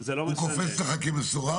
הוא קופץ לך כמסורב?